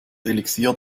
elixier